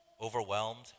overwhelmed